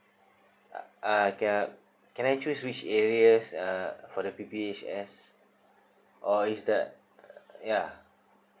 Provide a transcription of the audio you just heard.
uh ca~ can I choose which areas uh for the P_P_H_S or is the ya